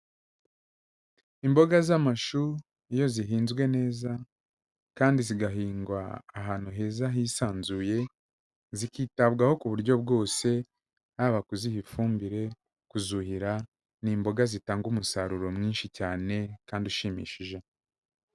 Imboga z'amashu iyo zihinzwe neza kandi zigahingwa ahantu heza hisanzuye, zikitabwaho ku buryo bwose, haba kuziha ifumbire, kuzuhira; ni imboga zitanga umusaruro mwinshi cyane kandi ushimishije.